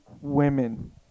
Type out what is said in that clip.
women